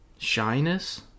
Shyness